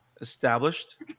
established